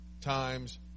times